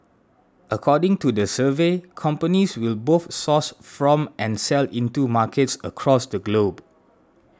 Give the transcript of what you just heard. according to the survey companies will both source from and sell into markets across the globe